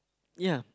ya